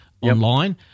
online